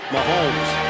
Mahomes